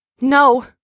No